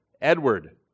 Edward